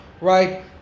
right